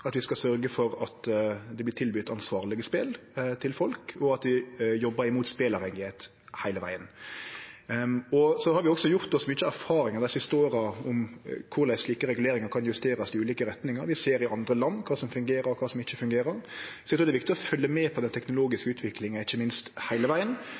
at vi skal sørgje for at det vert tilbode ansvarlege spel til folk, og at vi heile vegen jobbar mot speleavhengigheit. Vi har også gjort oss mange erfaringar dei siste åra om korleis slike reguleringar kan justerast i ulike retningar. Vi ser i andre land kva som fungerer, og kva som ikkje fungerer. Eg trur det heile vegen er viktig ikkje minst å følgje med på den